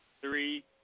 three